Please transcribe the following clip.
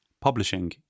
Publishing